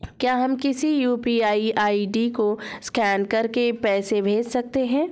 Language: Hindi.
क्या हम किसी यू.पी.आई आई.डी को स्कैन करके पैसे भेज सकते हैं?